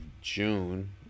June